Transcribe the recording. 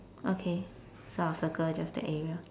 okay so I'll circle just the area